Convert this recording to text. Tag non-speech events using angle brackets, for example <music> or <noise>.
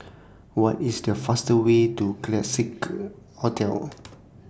What IS The fastest Way to Classique Hotel <noise>